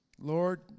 Lord